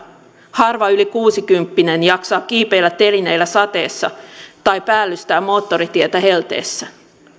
harva yli kuusikymppinen jaksaa kiipeillä telineillä sateessa tai päällystää moottoritietä helteessä